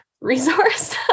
resource